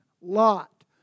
Lot